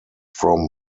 from